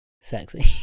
sexy